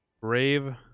Brave